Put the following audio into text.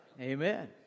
Amen